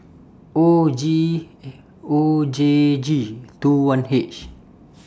O G O J G two one H